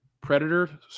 Predator